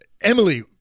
Emily